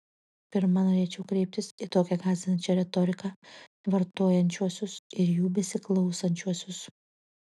pirma norėčiau kreiptis į tokią gąsdinančią retoriką vartojančiuosius ir jų besiklausančiuosius